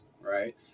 right